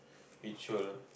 which will